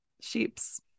sheeps